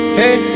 hey